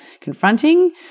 confronting